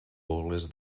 boles